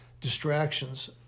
distractions